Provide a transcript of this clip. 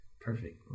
Perfect